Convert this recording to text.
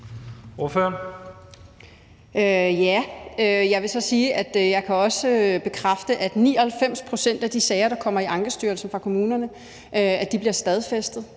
Jeg vil så sige, at jeg også kan bekræfte, at 99 pct. af de sager, der kommer i Ankestyrelsen fra kommunerne, bliver stadfæstet.